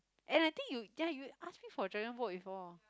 and I think you ya you ask me for dragon boat before